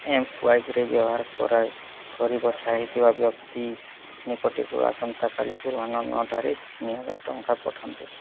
ଏମ୍ସ୍ୱାଇପ୍ରେ ବ୍ୟବହାର କରି ବଛା ହୋଇଥିବା ବ୍ୟକ୍ତି ନିକଟକୁ ଆସନ୍ତାକାଲି ପୂର୍ବାହ୍ନ ନଅଟା'ରେ ତିନି ହଜାର ଟଙ୍କା ପଠାନ୍ତୁ